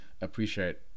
appreciate